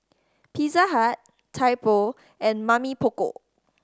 Pizza Hut Typo and Mamy Poko